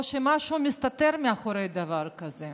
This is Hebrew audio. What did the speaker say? או שמשהו מסתתר מאחורי דבר כזה?